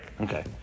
Okay